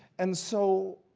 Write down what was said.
and so,